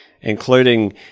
including